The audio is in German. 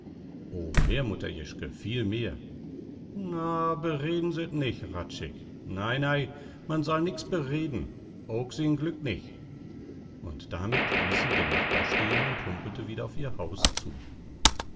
mehr mutter jeschke viel mehr na bereden se't nich hradscheck nei nei man sall nix bereden ook sien glück nich und damit ließ sie den nachbar stehn und humpelte wieder auf ihr haus zu